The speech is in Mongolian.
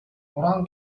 уран